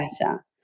better